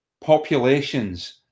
populations